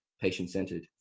patient-centered